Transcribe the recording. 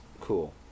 cool